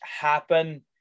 happen